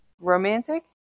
romantic